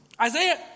Isaiah